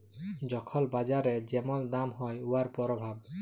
যখল বাজারে যেমল দাম হ্যয় উয়ার পরভাব